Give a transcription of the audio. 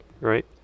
right